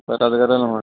এটা জেগাতে নহয়